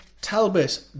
Talbot